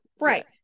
right